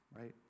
right